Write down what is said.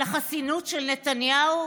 על החסינות של נתניהו?